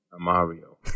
Mario